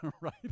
right